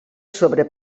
sobre